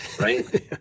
right